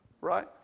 Right